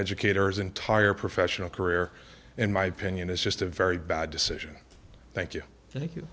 educator's entire professional career in my opinion is just a very bad decision thank you thank you